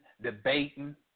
debating